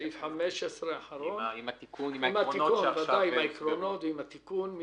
סעיף 15 עם ההערות ועם התיקון.